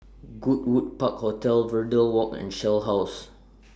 Goodwood Park Hotel Verde Walk and Shell House